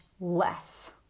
less